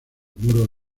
muros